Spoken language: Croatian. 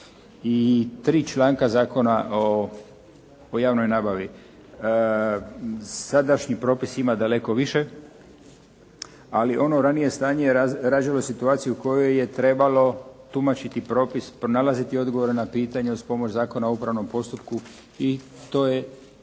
i tri članka Zakona o javnoj nabavi. Sadašnji propis ima daleko više, ali ono ranije stanje je razvilo situaciju u kojoj je trebalo tumačiti propis, pronalaziti odgovore na pitanja, uz pomoć Zakona o upravnom postupku i to je,